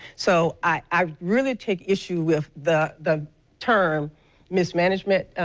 so i really take issue with the the term mismanagement,